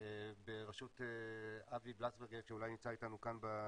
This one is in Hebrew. בראשות אבי בלסברגר, שנמצא איתנו כאן.